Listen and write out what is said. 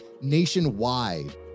nationwide